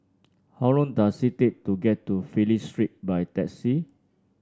how long does it take to get to Phillip Street by taxi